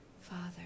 Father